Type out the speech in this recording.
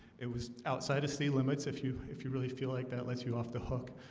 it was outside of city limits if you if you really feel like that lets you off the hook,